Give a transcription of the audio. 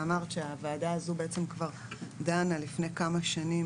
אמרת שהוועדה הזאת דנה לפני כמה שנים